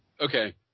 Okay